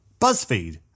BuzzFeed